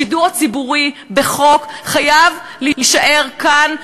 השידור הציבורי לפי החוק חייב להישאר כאן בירושלים.